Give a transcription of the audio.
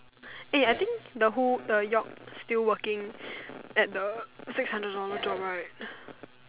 eh I think the who the Yoke still working at the six hundred dollar job right